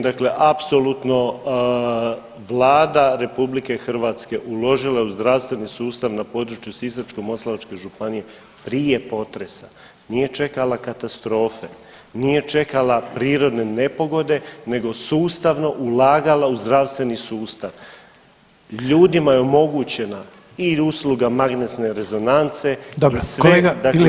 Dakle apsolutno Vlada RH uložila je u zdravstveni sustav na području Sisačko-moslavačke županije prije potresa nije čekala katastrofe, nije čekala prirodne nepogode, nego sustavno ulagala u zdravstveni sustav, ljudima je omogućena i usluga magnetne rezonance i svega dakle